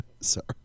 Sorry